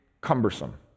cumbersome